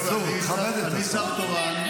אני שר תורן,